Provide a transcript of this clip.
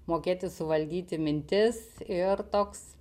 mokėti suvaldyti mintis ir toks